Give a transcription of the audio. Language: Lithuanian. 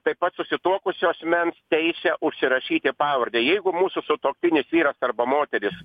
taip pat susituokusio asmens teisę užsirašyti pavardę jeigu mūsų sutuoktinis vyras arba moteris